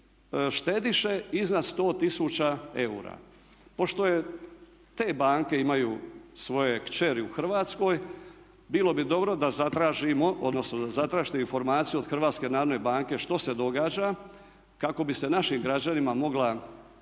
štediše iznad 100 tisuća eura. Pošto te banke imaju svoje kćeri u Hrvatskoj bilo bi dobro da zatražimo, odnosno da zatražite informaciju od Hrvatske narodne banke što se događa kako bi se našim građanima mogla